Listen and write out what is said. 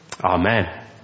Amen